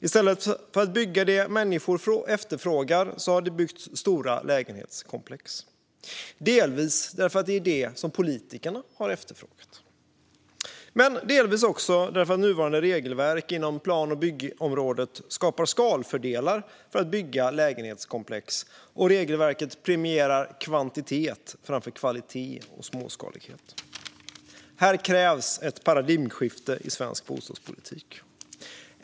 I stället för att bygga det människor efterfrågar har man byggt stora lägenhetskomplex - delvis för att det är detta som politikerna har efterfrågat men delvis också för att nuvarande regelverk inom plan och byggområdet skapar skalfördelar för att bygga lägenhetskomplex och premierar kvantitet framför kvalitet och småskalighet. Här krävs ett paradigmskifte i svensk bostadspolitik.